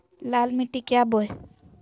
लाल मिट्टी क्या बोए?